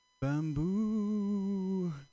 bamboo